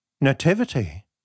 Nativity